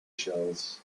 shells